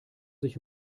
sich